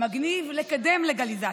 מגניב לקדם לגליזציה.